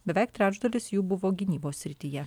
beveik trečdalis jų buvo gynybos srityje